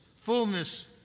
fullness